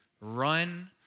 run